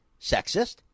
sexist